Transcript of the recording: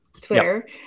Twitter